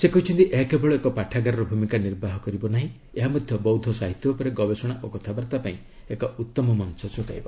ସେ କହିଛନ୍ତି ଏହା କେବଳ ଏକ ପାଠାଗାରର ଭୂମିକା ନିର୍ବାହ କରିବ ନାହିଁ ଏହାମଧ୍ୟ ବୌଦ୍ଧ ସାହିତ୍ୟ ଉପରେ ଗବେଷଣା ଓ କଥାବାର୍ତ୍ତା ପାଇଁ ଏକ ଉତ୍ତମ ମଞ୍ଚ ଯୋଗାଇବ